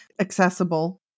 accessible